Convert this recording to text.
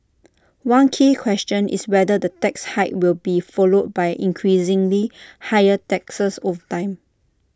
one key question is whether the tax hike will be followed by increasingly higher taxes over time